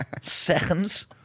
Seconds